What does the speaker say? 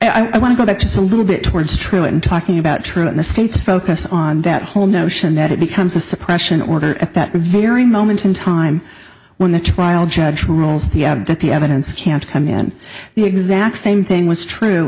year i want to go back just a little bit towards true and talking about true in the states focus on that whole notion that it becomes a suppression order at that very moment in time when the trial judge rules the out that the evidence can't come in the exact same thing was true